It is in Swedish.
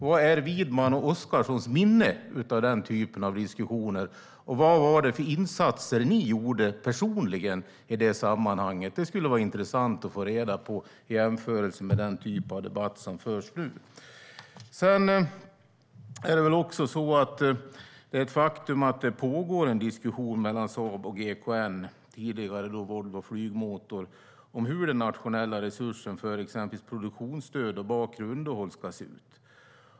Vad är Widmans och Oscarssons minne av den typen av diskussioner, och vad gjorde ni personligen för insatser i det sammanhanget? Det skulle vara intressant att få reda på detta, i jämförelse med den typ av debatt som förs nu. Det är också ett faktum att det pågår en diskussion mellan Saab och GKN, tidigare Volvo Flygmotor, om hur den nationella resursen för exempelvis produktionsstöd och bakre underhåll ska se ut.